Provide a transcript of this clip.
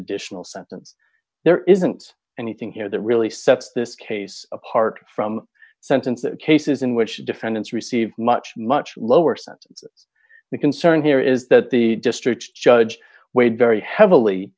additional sentence there isn't anything here that really sets this case apart from sentence that cases in which the defendants receive much much lower sentence the concern here is that the district judge weighed very heavily